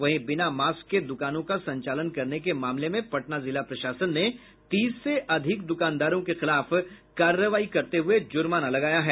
वहीं बिना मास्क के दुकानों का संचालन करने के मामाले में पटना जिला प्रशासन ने तीस से अधिक दुकानदारों के खिलाफ कार्रवाई करते हुये जुर्माना लगाया है